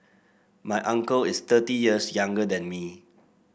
my uncle is thirty years younger than me